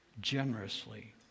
generously